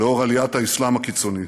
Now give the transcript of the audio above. לאור עליית האסלאם הקיצוני.